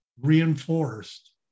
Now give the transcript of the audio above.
reinforced